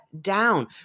down